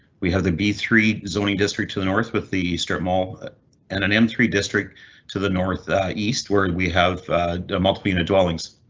we have the b three zoning district to the north with the strip mall and an m three district to the north east where and we have multiple unit dwellings.